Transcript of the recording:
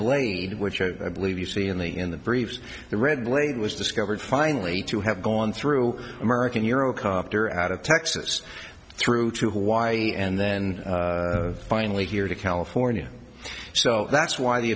blade which i believe you see in the in the briefs the red blade was discovered finally to have gone through american eurocopter out of texas through to hawaii and then finally here to california so that's why the